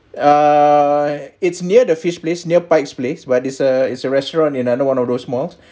uh it's near the fish place near pikes place where this a is a restaurant in under one of those mall